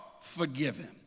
forgiven